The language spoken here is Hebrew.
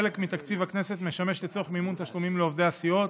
חלק מתקציב הכנסת משמש לצורך מימון תשלומים לעובדי הסיעות